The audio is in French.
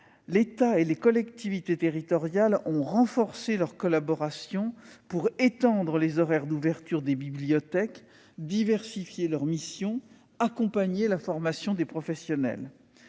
l'État et les collectivités territoriales ont renforcé leur collaboration pour étendre les horaires d'ouverture des bibliothèques, diversifier leur mission, accompagner la formation des professionnels.